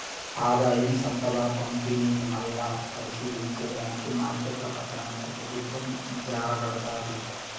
ఆదాయం, సంపద పంపిణీ, మల్లా పరిశీలించే దానికి మార్కెట్ల పతనానికి పెబుత్వం జారబడతాది